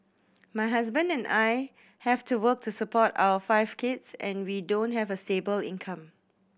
my husband and I have to work to support our five kids and we don't have a stable income